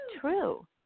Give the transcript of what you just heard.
true